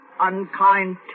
Unkind